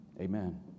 Amen